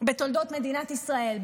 בתולדות מדינת ישראל,